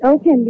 Okay